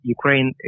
Ukraine